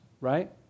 right